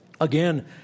Again